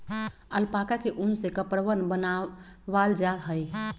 alpaca के उन से कपड़वन बनावाल जा हई